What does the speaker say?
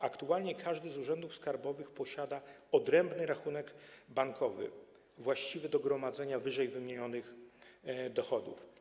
Aktualnie każdy z urzędów skarbowych posiada odrębny rachunek bankowy właściwy do gromadzenia ww. dochodów.